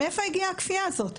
מאיפה הגיעה הכפייה הזאת?